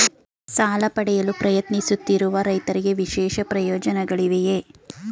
ಸಾಲ ಪಡೆಯಲು ಪ್ರಯತ್ನಿಸುತ್ತಿರುವ ರೈತರಿಗೆ ವಿಶೇಷ ಪ್ರಯೋಜನಗಳಿವೆಯೇ?